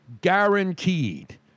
guaranteed